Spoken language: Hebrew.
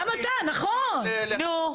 גם אתה, נכון, נו?